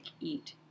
eat